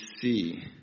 see